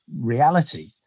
reality